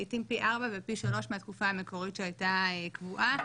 לעיתים פי ארבע ופי שלוש מהתקופה המקורית שהייתה קבועה,